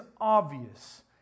obvious